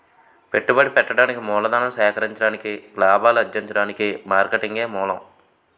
పెట్టుబడి పెట్టడానికి మూలధనం సేకరించడానికి లాభాలు అర్జించడానికి మార్కెటింగే మూలం